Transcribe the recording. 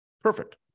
Perfect